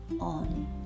on